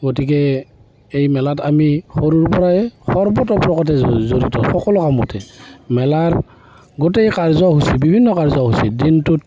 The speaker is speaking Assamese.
গতিকে এই মেলাত আমি সৰুৰ পৰাই সৰ্বতোপ্ৰকাৰে জড়িত সকলো কামতে মেলাৰ গোটেই কাৰ্যসূচী বিভিন্ন কাৰ্যসূচী দিনটোত